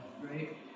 right